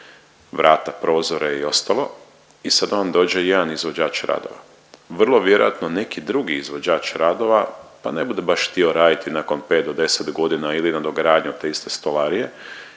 vrata, prozore i ostalo i sad vam dođe jedan izvođač radova, vrlo vjerojatno neki drugi izvođač radova pa ne bude baš htio raditi nakon 5 do 10.g. ili nadogradnju te iste stolarije